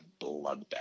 bloodbath